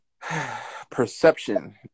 perception